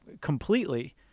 completely